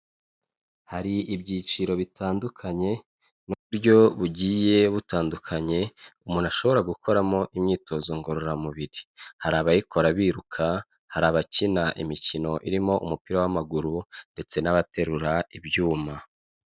Hari ibyiciro bitandukanye n'uburyo bugiye butandukanye umuntu ashobora gukoramo imyitozo ngororamubiri, hari abayikora biruka, hari abakina imikino irimo umupira w'amaguru, ndetse n'abaterura ibyuma.